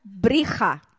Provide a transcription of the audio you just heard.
Bricha